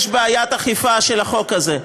יש בעיית אכיפה של החוק הזה.